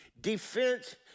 defense